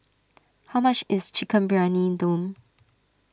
how much is Chicken Briyani Dum